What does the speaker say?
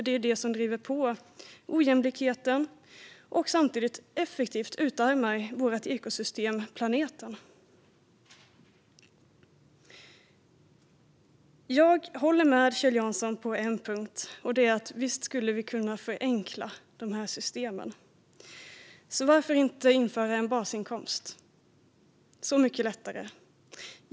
Det är vad som driver på ojämlikheten och samtidigt effektivt utarmar vårt ekosystem planeten. Jag håller med Kjell Jansson på en punkt. Visst skulle vi kunna förenkla systemen. Varför inte införa en basinkomst? Det vore så mycket lättare.